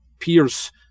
peers